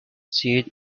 seed